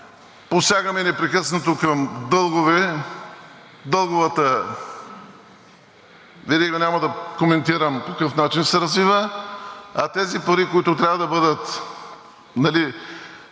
Посягаме непрекъснато към дългове – дълговата верига няма да коментирам по какъв начин се развива, а тези пари, които трябва да дойдат в